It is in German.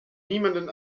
niemanden